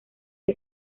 que